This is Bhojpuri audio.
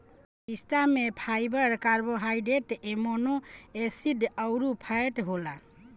पिस्ता में फाइबर, कार्बोहाइड्रेट, एमोनो एसिड अउरी फैट होला